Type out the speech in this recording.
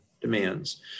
demands